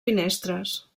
finestres